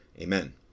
Amen